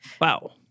Wow